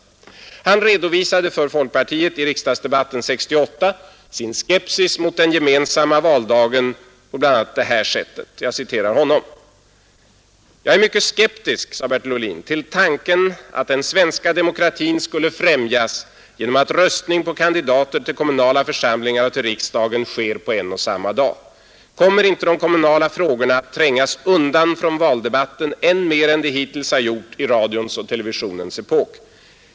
Han redovisa de i riksdagsdebatten 1968 för folkpartiets del sin skepsis mot den gemensamma valdagen på bl.a. följande sätt: ”Jag är mycket skeptisk till tanken att den svenska demokratin skulle främjas genom att röstning på kandidater till kommunala församlingar och till riksdagen sker på en och samma dag. Kommer inte de kommunala frågorna att trängas undan från valdebatten än mer än de hittills har gjort i radions och televisionens epok?